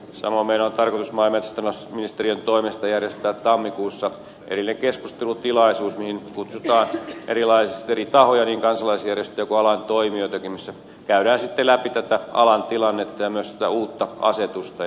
samoin meillä on tarkoitus maa ja metsätalousministeriön toimesta järjestää tammikuussa erillinen keskustelutilaisuus mihin kutsutaan eri tahoja niin kansalaisjärjestöjä kuin alan toimijoitakin missä käydään sitten läpi tätä alan tilannetta ja myös uutta asetusta